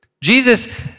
Jesus